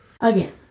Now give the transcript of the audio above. Again